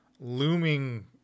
looming